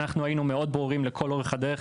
אנחנו היינו מאוד ברורים לכל אורך הדרך,